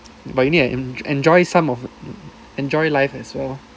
but you need to enjoy some of enjoy life as well